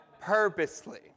Purposely